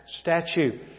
statue